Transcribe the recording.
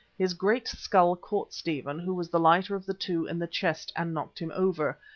his great skull caught stephen, who was the lighter of the two, in the chest and knocked him over,